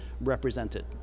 represented